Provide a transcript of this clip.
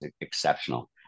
exceptional